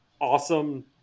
awesome